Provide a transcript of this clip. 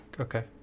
Okay